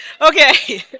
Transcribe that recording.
Okay